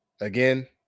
Again